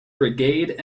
brigade